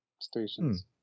stations